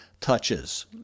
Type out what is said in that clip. touches